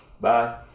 bye